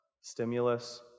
Stimulus